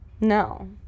no